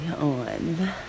on